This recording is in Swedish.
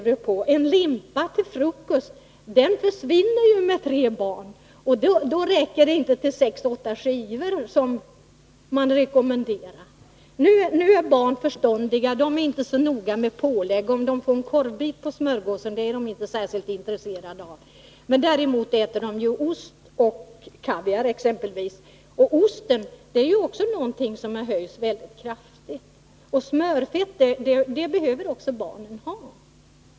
En limpa till frukost bara försvinner i en familj med tre barn, och den räcker inte till 6-8 skivor som rekommenderas. Nu är barn förståndiga, de är inte så noga med på gg — de är inte särskilt intresserade av att få en korvbit på smörgåsen. Däremot äter de ost och exempelvis kaviar. Priset på osten har också höjts väldigt kraftigt. Och smörfett behöver barnen ha.